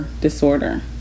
disorder